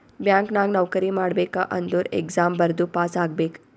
bank ನಾಗ್ ನೌಕರಿ ಮಾಡ್ಬೇಕ ಅಂದುರ್ ಎಕ್ಸಾಮ್ ಬರ್ದು ಪಾಸ್ ಆಗ್ಬೇಕ್